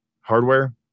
hardware